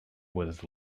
was